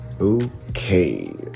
Okay